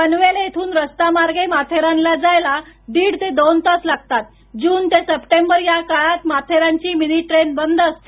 पनवेल येथून रस्ता मार्गे माथेरानला जायला दीड ते दोन तास लागतात जून ते सप्टेंबर या काळात माथेरानची मिनी टेन बंद असते